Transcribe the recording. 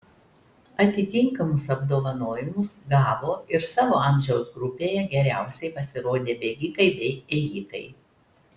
atitinkamus apdovanojimus gavo ir savo amžiaus grupėje geriausiai pasirodę bėgikai bei ėjikai